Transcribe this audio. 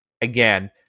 Again